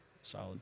Solid